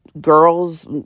girls